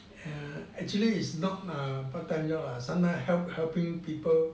err actually is not a part time job lah sometimes help helping people